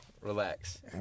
Relax